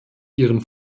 ihren